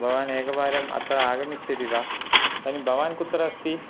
भवान् एकवारम् अत्र आगमिष्यति वा तर्हि भवान् कुत्र अस्ति